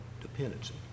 dependency